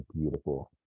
beautiful